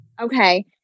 Okay